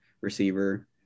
receiver